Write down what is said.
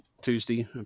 Tuesday